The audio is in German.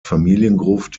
familiengruft